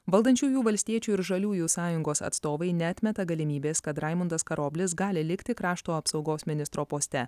valdančiųjų valstiečių ir žaliųjų sąjungos atstovai neatmeta galimybės kad raimundas karoblis gali likti krašto apsaugos ministro poste